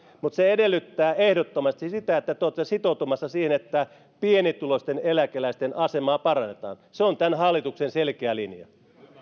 mutta se edellyttää ehdottomasti sitä että te olette sitoutumassa siihen että pienituloisten eläkeläisten asemaa parannetaan se on tämän hallituksen selkeä linja